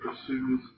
pursues